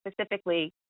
specifically